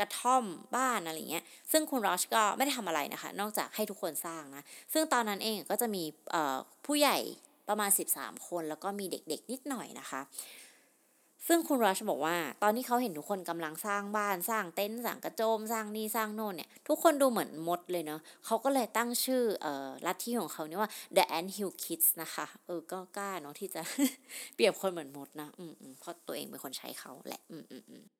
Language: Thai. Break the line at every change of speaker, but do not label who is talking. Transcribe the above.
กระท่อมบ้านอะไรเงี้ย ซึ่งคุณรัชก็ไม่ได้ทำอะไรนะคะ นอกจากให้ทุกคนสร้างนะ ซึ่งตอนนั้นเองก็จะมีเอ่อผู้ใหญ่ประมาณ 13 คน แล้วก็มีเด็กๆนิดหน่อยนะคะ ซึ่งคุณรัชบอกว่าตอนนี้เขาเห็นทุกคนกำลังสร้างบ้านสร้างเต็นท์สร้างกระโจมสร้างนี่สร้างโน่นเนี่ย ทุกคนดูเหมือนมดเลยเนอะ เขาก็เลยตั้งชื่อเอ่อลัทธิของเขานี่ว่า The Ant Hill Kids นะคะ เออก็กล้าเนอะที่จะเปรียบคนเหมือนมดนะ อืมๆ เพราะตัวเองเป็นคนใช้เขาแหละ อืมๆ